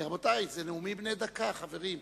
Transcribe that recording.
רבותי, חברים,